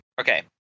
Okay